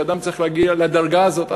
שאדם צריך להגיע לדרגה הזאת.